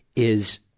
is